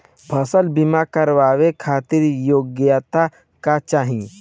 फसल बीमा करावे खातिर योग्यता का चाही?